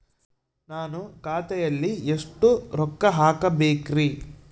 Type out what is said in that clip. ನಾನು ಖಾತೆಯಲ್ಲಿ ಎಷ್ಟು ರೊಕ್ಕ ಹಾಕಬೇಕ್ರಿ?